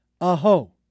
Aho